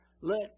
let